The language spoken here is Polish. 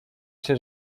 się